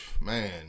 man